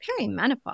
perimenopause